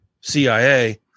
CIA